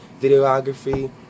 videography